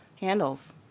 handles